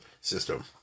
system